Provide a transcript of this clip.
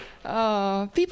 People